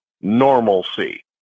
normalcy